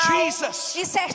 Jesus